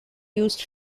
used